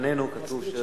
בכבוד.